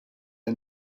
est